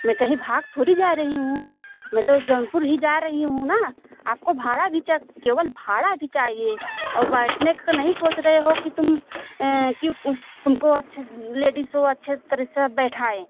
मैं कहीं भाग थोड़ी जा रही हूँ मैं तो जौनपुर ही जा रही हूँ ना आपको भाड़ा भी चक केवल भाड़ा भी चाहिए औ बैठने का नहीं सोच रहे हो कि तुम कि तुमको अच्छे लेडीस ओ अच्छे तरह से बैठाएं